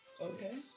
Okay